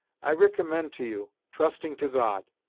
i ricommend to you, trusting to god,